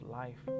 life